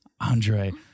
Andre